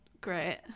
great